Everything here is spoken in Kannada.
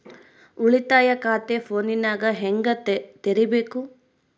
ಉಳಿತಾಯ ಖಾತೆ ಫೋನಿನಾಗ ಹೆಂಗ ತೆರಿಬೇಕು?